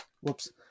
Whoops